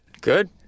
Good